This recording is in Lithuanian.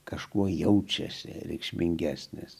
kažkuo jaučiasi reikšmingesnis